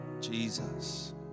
Jesus